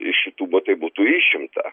iš jutūbo tai būtų išimta